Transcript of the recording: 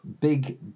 big